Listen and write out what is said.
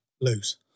Lose